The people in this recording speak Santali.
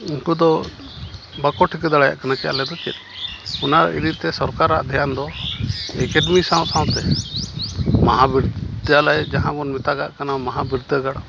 ᱩᱱᱠᱩ ᱫᱚ ᱵᱟᱠᱚ ᱴᱷᱤᱠᱟᱹ ᱫᱟᱲᱮᱭᱟᱜ ᱠᱟᱱᱟ ᱟᱞᱮ ᱫᱚ ᱪᱮᱫ ᱚᱱᱟ ᱤᱫᱤᱛᱮ ᱥᱚᱨᱠᱟᱨᱟᱜ ᱫᱷᱮᱭᱟᱱ ᱫᱚ ᱮᱠᱟᱰᱮᱢᱤ ᱥᱟᱶ ᱥᱟᱶᱛᱮ ᱢᱟᱦᱟ ᱵᱤᱫᱽᱫᱟᱞᱚᱭ ᱡᱟᱦᱟᱸ ᱵᱚᱱ ᱢᱮᱛᱟᱜᱟᱜ ᱠᱟᱱᱟ ᱢᱟᱦᱟ ᱵᱤᱫᱽᱫᱟᱹᱜᱟᱲ